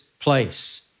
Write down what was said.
place